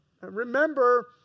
Remember